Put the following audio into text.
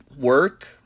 work